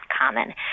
common